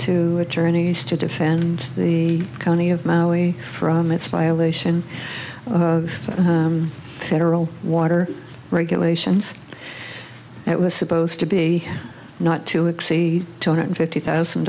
to attorneys to defend the county of maui from its violation of federal water regulations that was supposed to be not to exceed two hundred fifty thousand